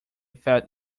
felt